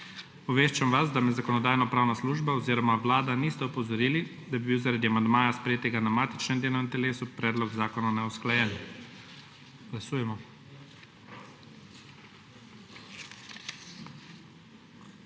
Obveščam vas, da me Zakonodajno-pravna služba oziroma Vlada nista opozorili, da bi bil zaradi amandmaja, sprejetega na matičnem delovnem telesu, predlog zakona neusklajen. Glasujemo.